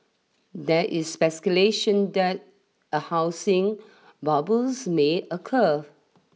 there is speculation that a housing bubbles may occur